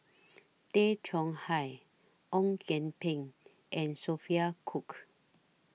Tay Chong Hai Ong Kian Peng and Sophia Cooke